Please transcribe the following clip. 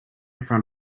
front